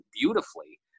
beautifully